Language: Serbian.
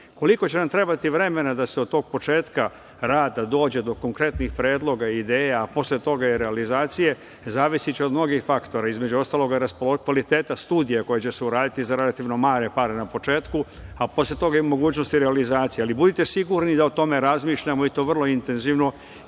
Koliko će nam trebati vremena da se od tog početka rada dođe do konkretnih predloga i ideja, a posle toga i realizacije, zavisi će od mnogih faktora. Između ostalog i od kvaliteta studija koje će se uraditi za relativno male pare na početku, a posle toga i mogućnosti realizacije. Ali, budite sigurni da o tome razmišljamo i to vrlo intenzivno